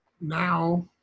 now